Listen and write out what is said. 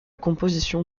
composition